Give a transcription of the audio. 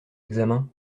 examens